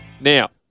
Now